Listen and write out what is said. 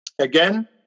Again